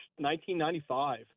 1995